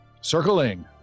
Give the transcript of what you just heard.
Circling